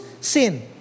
sin